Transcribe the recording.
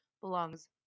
belongs